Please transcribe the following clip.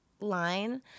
line